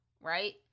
right